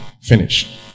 Finish